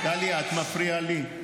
טלי, את מפריעה לי.